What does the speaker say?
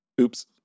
Oops